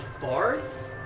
bars